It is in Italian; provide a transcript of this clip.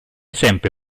sempre